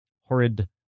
horrid